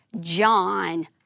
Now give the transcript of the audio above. John